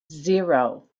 zero